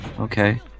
Okay